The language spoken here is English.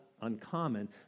uncommon